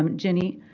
um jenny.